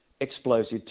Explosive